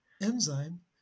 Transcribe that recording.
enzyme